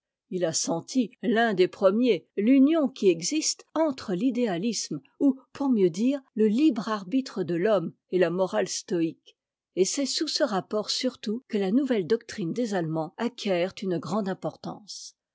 il a senti l'un des premiers l'union qui existe entre l'idéalisme ou pour mieux dire le libre arbitre'de l'homme et la morale stoïque et c'est sous ce rapport surtout que la nouvelle doctrine des attemands acquiert une grande importance